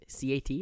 cat